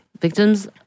Victims